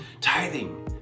Tithing